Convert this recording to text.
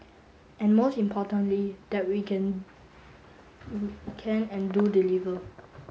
and most importantly that we can can and do deliver